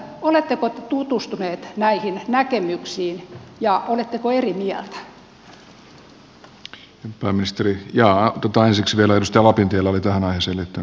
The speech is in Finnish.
oletteko te tutustuneet näihin näkemyksiin ja oletteko eri mieltä